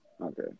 Okay